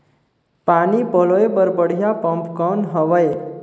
पानी पलोय बर बढ़िया पम्प कौन हवय?